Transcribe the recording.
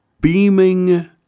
beaming